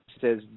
says